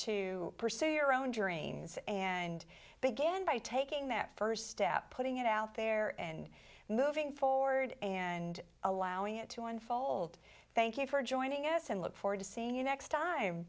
to pursue your own drains and began by taking that first step putting it out there and moving forward and allowing it to unfold thank you for joining us and look forward to seeing you next time